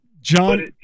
john